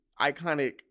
iconic